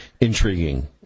intriguing